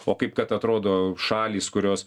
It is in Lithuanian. o kaip kad atrodo šalys kurios